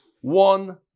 one